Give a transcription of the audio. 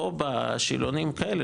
פה בשאלונים כאלה,